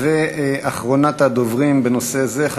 אחרונת הדוברים בנושא זה,